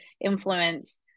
influence